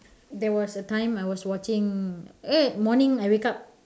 there was a time I was watching eh morning I wake up